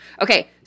Okay